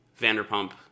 Vanderpump